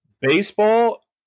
Baseball